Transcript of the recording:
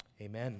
Amen